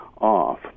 off